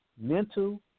mental